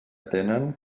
tenen